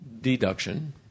deduction